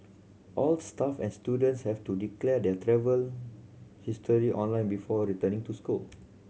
all staff and students have to declare their travel history online before returning to school